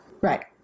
Right